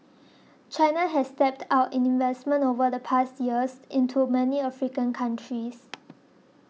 China has stepped up investment over the past years into many African countries